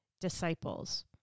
disciples